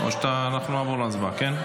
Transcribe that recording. אנחנו נעבור להצבעה, כן?